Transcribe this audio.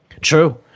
True